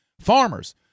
Farmers